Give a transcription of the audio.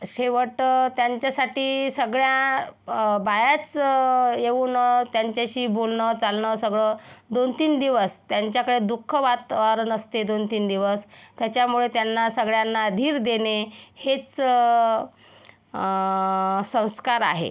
शेवटी त्यांच्यासाठी सगळ्या बायाच येऊन त्यांच्याशी बोलणं चालणं सगळं दोनतीन दिवस त्यांच्याकडे दुःख वातावरण असते दोनतीन दिवस त्याच्यामुळे त्यांना सगळ्यांना धीर देणे हेच संस्कार आहे